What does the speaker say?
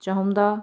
ਚਾਹੁੰਦਾ